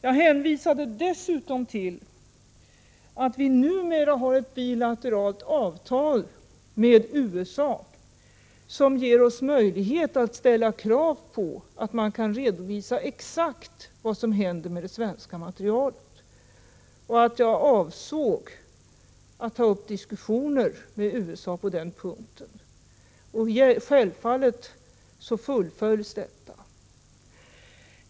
Det andra är att jag hänvisade till att vi numera har ett bilateralt avtal med USA, som ger oss möjlighet att ställa krav på att man kan redovisa exakt vad som händer med det svenska materialet. Dessutom sade jag att jag avsåg att ta upp diskussioner med USA på den punkten, och självfallet fullföljs dessa.